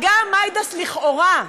מגע המידאס לכאורה,